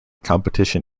competition